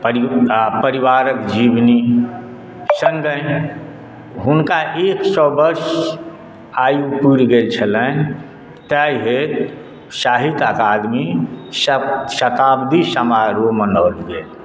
परिवारक जीवनी सङ्गहि हुनका एक सए वर्ष आयु पुरि गेल छलनि ताहि हेतु साहित्य अकादमी सत शताब्दी समारोह मनाओल गेल